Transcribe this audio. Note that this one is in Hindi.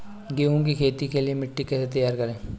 गेहूँ की खेती के लिए मिट्टी कैसे तैयार करें?